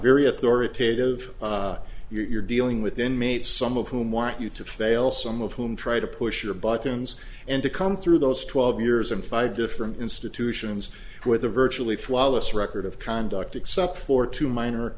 very authoritative you're dealing with inmates some of whom want you to fail some of whom try to push your buttons and to come through those twelve years in five different institutions with a virtually flawless record of conduct except for two minor